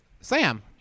Sam